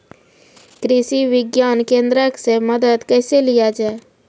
कृषि विज्ञान केन्द्रऽक से मदद कैसे लिया जाय?